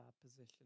position